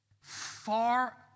far